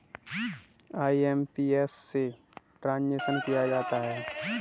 IMPS से transaction किया जाता है